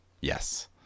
Yes